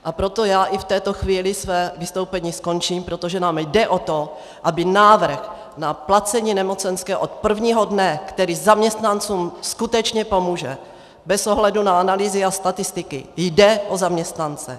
A proto i v této chvíli své vystoupení skončím, protože nám jde o to, aby návrh na placení nemocenské od prvního dne, který zaměstnancům skutečně pomůže bez ohledu na analýzy a statistiky, prošel, jde o zaměstnance.